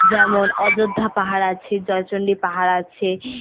যেমন অযোধ্যা পাহাড় আছে জয়চন্ডী পাহাড় আছে